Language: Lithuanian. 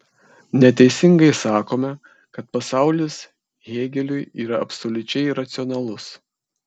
neteisingai sakome kad pasaulis hėgeliui yra absoliučiai racionalus